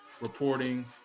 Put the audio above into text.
reporting